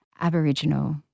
Aboriginal